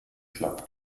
club